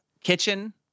kitchen